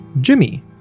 Jimmy